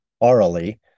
orally